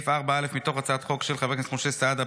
סעיף 8 מתוך הצעת החוק של חבר הכנסת משה סעדה,